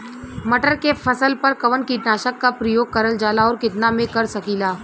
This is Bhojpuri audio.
मटर के फसल पर कवन कीटनाशक क प्रयोग करल जाला और कितना में कर सकीला?